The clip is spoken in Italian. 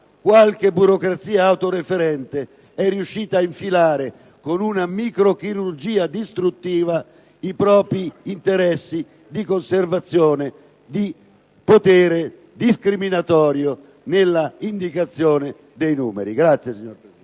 qualche burocrazia autoreferente è riuscita a infilare con una microchirurgia distruttiva i propri interessi di conservazione di potere discriminatorio nella indicazione dei numeri. *(Applausi dal